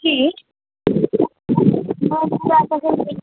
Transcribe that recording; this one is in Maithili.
एखन जेना